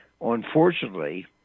Unfortunately